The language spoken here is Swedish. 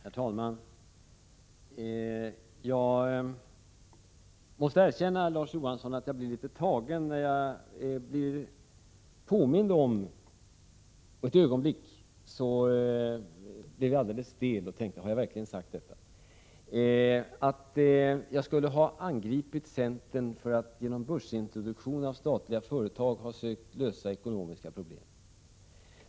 Herr talman! Jag måste erkänna, Larz Johansson, att jag blev litet tagen när jag blev påmind om vad jag sade förra året. Ett ögonblick blev jag alldeles stel och tänkte: Har jag verkligen angripit centern för att den genom börsintroduktion av statliga företag har försökt lösa ekonomiska problem?